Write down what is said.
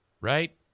Right